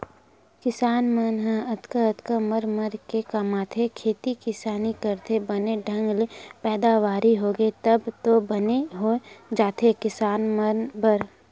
किसान मन ह अतका अतका मर मर के कमाथे खेती किसानी करथे बने ढंग ले पैदावारी होगे तब तो बने हो जाथे किसान मन बर